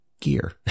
gear